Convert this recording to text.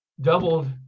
doubled